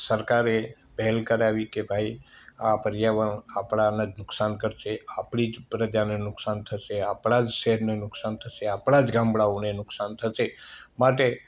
સરકારે પહેલ કરાવી કે ભાઈ આ પર્યાવરણ આપણને નુકસાન કરશે આપણી જ પ્રજાને નુકસાન થશે આપણા જ શહેરને નુકશાન થશે આપણા જ ગામડાઓને નુકસાન થશે માટે